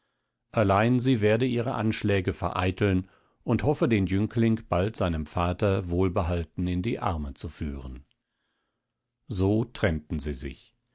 allein sie werde ihre anschläge vereiteln und hoffe den jüngling bald seinem vater wohlbehalten in die arme zu führen so trennten sie sich